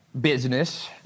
business